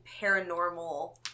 paranormal